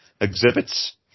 exhibits